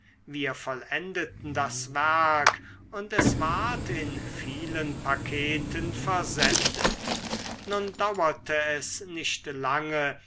wir vollendeten das werk und es ward in vielen paketen versendet nun dauerte es nicht lange